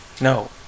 no